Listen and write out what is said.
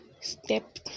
step